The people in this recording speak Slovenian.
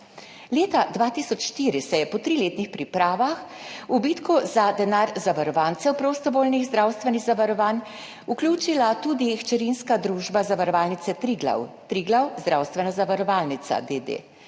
Leta 2004 se je po triletnih pripravah v bitko za denar zavarovancev prostovoljnih zdravstvenih zavarovanj vključila tudi hčerinska družba Zavarovalnice Triglav, Triglav, zdravstvena zavarovalnica, d.